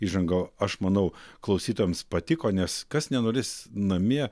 įžanga aš manau klausytojams patiko nes kas nenorės namie